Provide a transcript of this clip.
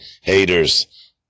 Haters